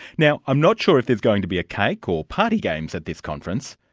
now i'm not sure if there's going to be a cake or party games at this conference,